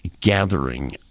gathering